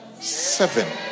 seven